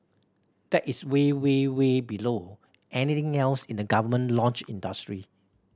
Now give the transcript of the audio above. that is way way way below anything else in the government launch industry